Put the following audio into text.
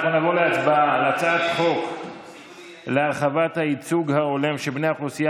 נעבור להצבעה על הצעת חוק להרחבת הייצוג ההולם של בני האוכלוסייה